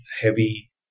heavy